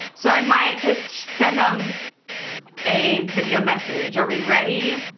so i might just send them a video message. are we ready?